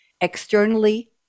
Externally